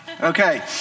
Okay